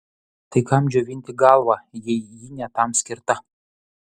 tai kam džiovinti galvą jei ji ne tam skirta